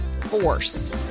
force